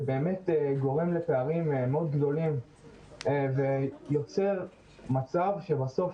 זה באמת גורם לפערים מאוד גדולים ויוצר מצב שבסוף,